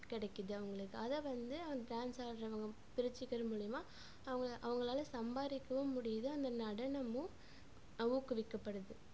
கிடைக்குது அவங்களுக்கு அதை வந்து அந்த டான்ஸ் ஆடுறவங்க பிரிச்சிக்கிற மூலிமா அவங்க அவங்களால சம்பாதிக்கவும் முடியுது அந்த நடனமும் ஊக்குவிக்கப்படுது